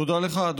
תודה לך,